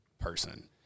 person